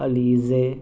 Alizeh